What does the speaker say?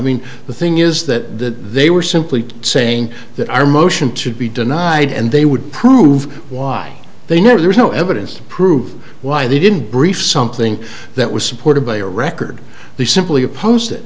mean the thing is that they were simply saying that our motion to be denied and they would prove why they know there is no evidence to prove why they didn't brief something that was supported by a record they simply opposed it